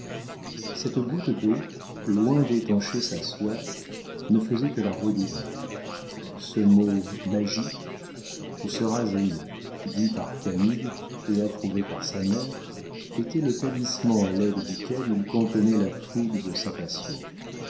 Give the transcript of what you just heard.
cette goutte d'eau loin d'étancher sa soif ne faisait que la redoubler ce mot magique tu seras aimé dit par camille et approuvé par sa mère était le talisman à l'aide duquel il contenait la fougue de sa passion